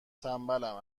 تنبلم